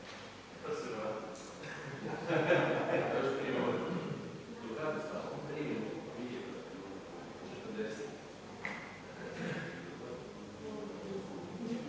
Hvala